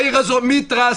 העיר הזאת מתרסקת.